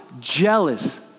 jealous